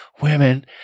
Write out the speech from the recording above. women